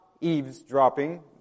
eavesdropping